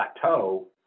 plateau